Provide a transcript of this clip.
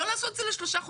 לעשות את זה לשלושה חודשים.